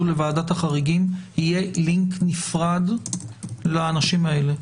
לוועדת החריגים יהיה לינק נפרד לאנשים האלה.